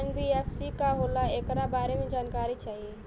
NBFC का होला ऐकरा बारे मे जानकारी चाही?